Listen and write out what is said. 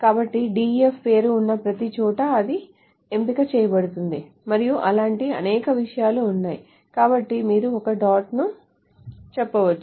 కాబట్టి DEF పేరు ఉన్న ప్రతిచోటా అది ఎంపిక చేయబడుతుంది మరియు అలాంటి అనేక విషయాలు ఉన్నాయి కాబట్టి మీరు ఒక dot ను చెప్పవచ్చు